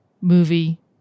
movie